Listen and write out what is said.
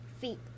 feet